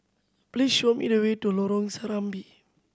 please show me the way to Lorong Serambi